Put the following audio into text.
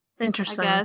Interesting